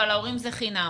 ולהורים זה חינם.